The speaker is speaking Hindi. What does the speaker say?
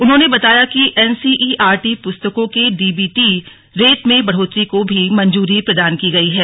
उन्होंने बताया कि एनसीईआरटी पुस्तकों के डीबीटी रेट में बढ़ोतरी को भी मंजूरी प्रदान की गई है